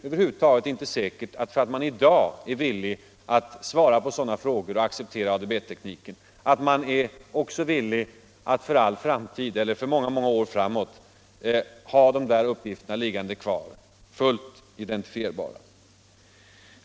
Även om man i dag är villig att svara på sådana frågor och accepterar ADB-tekniken är det inte säkert att man också är villig att för all framtid eller för många år framåt ha dessa uppgifter liggande kvar, fullt identifierbara.